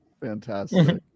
Fantastic